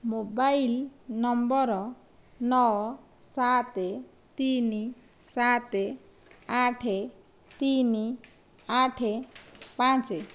mobile number ନଅ ସାତ ତିନି ସାତ ଆଠ ତିନି ଆଠ ପାଞ୍ଚ